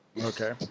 Okay